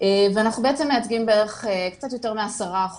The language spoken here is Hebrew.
ואנחנו בעצם מייצגים קצת יותר מ-10%